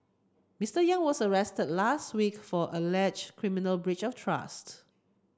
Mr Yang was arrested last week for alleged criminal breach of trusts